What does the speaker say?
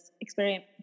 experience